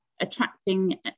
attracting